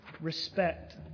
respect